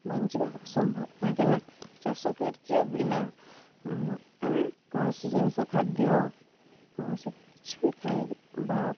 ବଞ୍ଚିବା ଅସମ୍ଭବ କାହିଁକିନା ଚାଷ କାର୍ଯ୍ୟ ବିନା ଆମେ କୌଣସି ଜିନିଷ ଖାଦ୍ୟ କୌଣସି କିଛି ବି ଖାଇବା